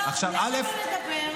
למה לא לדבר?